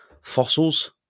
Fossils